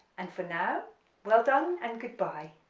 and for now well done and goodbye.